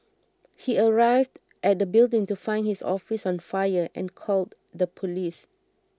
he arrived at the building to find his office on fire and called the police